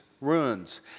ruins